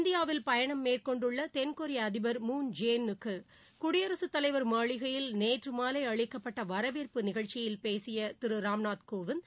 இந்தியாவில் பயணம் மேற்கொண்டுள்ளதென்கொரியஅதிபர் மூன் இன் ஜே னுக்குகுடியரசுத் தலைவர் மாளிகையில் நேற்றுமாலைஅளிக்கப்பட்டவரவேற்பு நிகழ்ச்சியில் பேசியதிருராம் நாத் கோவிந்த்